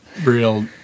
real